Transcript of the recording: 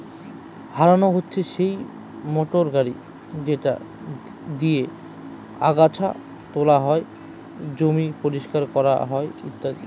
harrow হচ্ছে সেই motor গাড়ি যেটা দিয়ে আগাচ্ছা তোলা হয়, জমি পরিষ্কার করা হয় ইত্যাদি